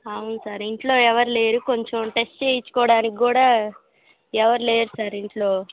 అవును సార్ ఇంట్లో ఎవరు లేరు కొంచెం టెస్ట్ చెయ్యించుకోవడానికి కూడా ఎవరు లేరు సార్ ఇంట్లో